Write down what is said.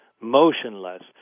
motionless